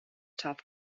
top